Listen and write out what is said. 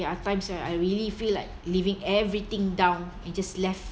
there are times that I really feel like leaving everything down and just left